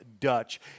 Dutch